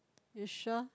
you sure